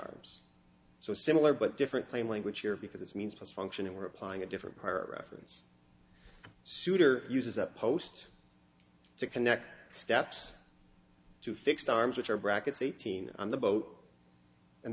arms so similar but different plain language here because it's means to function and we are applying a different part reference suter uses a post to connect steps two fixed arms which are brackets eighteen on the boat and